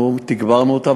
אנחנו תגברנו אותה.